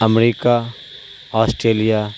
America Australia